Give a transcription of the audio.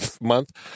month